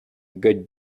good